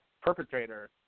perpetrator